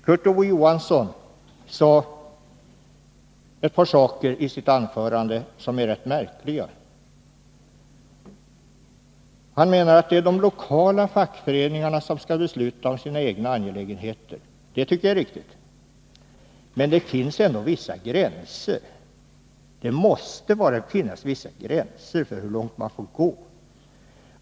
Kurt Ove Johansson sade ett par rätt märkliga saker i sitt anförande. Han menar att det är de lokala fackföreningarna som skall besluta om sina egna Nr 45 angelägenheter. Det tycker jag är riktigt. Men det måste ändå finnas vissa Torsdagen den gränser för hur långt man får gå.